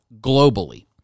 globally